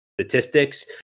statistics